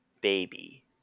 baby